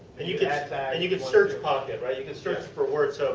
and you can and you can search pocket. right. you can search for words. so